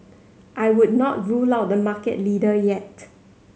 I would not rule out the market leader yet